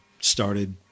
started